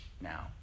now